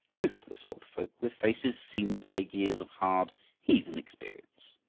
toothless old folk with faces seamed by years of hard heathen experience.